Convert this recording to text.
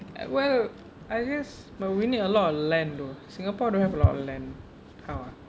well I guess but we need a lot of land though singapore don't have a lot of land how ah